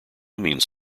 means